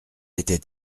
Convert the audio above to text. était